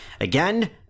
again